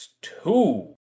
Two